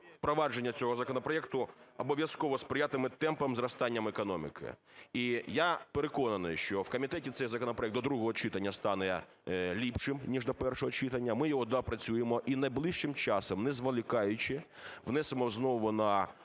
Впровадження цього законопроекту обов'язково сприятиме темпам зростання економіки. І я переконаний, що в комітеті цей законопроект до другого читання стане ліпшим, ніж до першого читання. Ми його доопрацюємо і найближчим часом, не зволікаючи, внесемо знову на